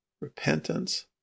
repentance